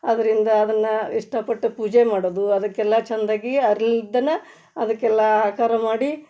ಅದರಿಂದ ಅದನ್ನು ಇಷ್ಟಪಟ್ಟು ಪೂಜೆ ಮಾಡೋದು ಅದಕ್ಕೆಲ್ಲ ಚಂದಾಗಿ ಅರ್ಳಿದ್ದನ ಅದಕ್ಕೆಲ್ಲ ಆಕಾರ ಮಾಡಿ